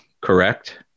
correct